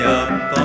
up